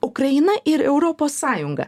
ukraina ir europos sąjunga